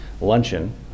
luncheon